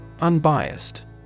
Unbiased